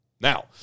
Now